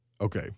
Okay